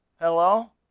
Hello